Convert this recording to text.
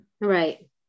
Right